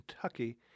Kentucky